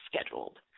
scheduled